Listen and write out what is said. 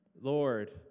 Lord